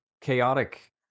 chaotic